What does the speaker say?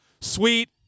sweet